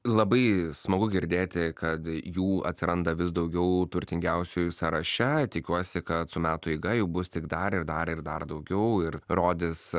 labai smagu girdėti kad jų atsiranda vis daugiau turtingiausiųjų sąraše tikiuosi kad su metų eiga bus tik dar ir dar ir dar daugiau ir rodys